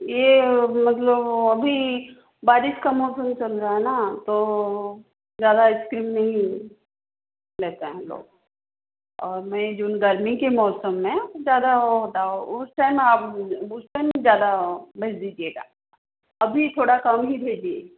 ये मतलब अभी बारिश का मौसम चल रहा है ना तो ज़्यादा आइस क्रीम नहीं लेते हैं लोग और मई जून गर्मी के मौसम में ज़्यादा वो होता है उस टाइम आप उस टाइम ही ज़्यादा भेज दीजिएगा अभी थोड़ा कम ही भेजिए